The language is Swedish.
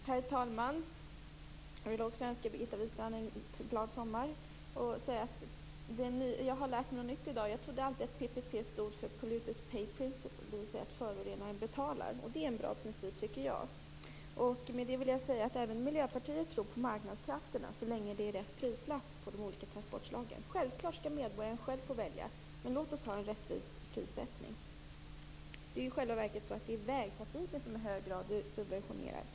Herr talman! Också jag vill önska Birgitta Wistrand en glad sommar. Jag har lärt mig något nytt i dag. Jag har alltid trott att PPP stod för Polluters Pay Principle, dvs. att förorenaren betalar. Det är en bra princip, tycker jag. Även Miljöpartiet tror på marknadskrafterna, så länge det är rätt prislapp på de olika transportslagen. Självfallet skall medborgaren själv få välja, men låt oss ha en rättvis prissättning. Det är i själva verket vägtrafiken som i hög grad är subventionerad.